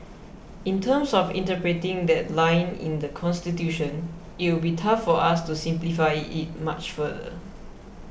in terms of interpreting that line in the Constitution it would be tough for us to simplify it much further